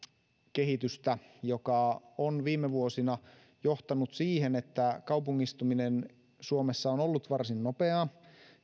kehitystä joka on viime vuosina johtanut siihen että kaupungistuminen suomessa on ollut varsin nopeaa